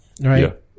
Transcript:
right